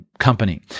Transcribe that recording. company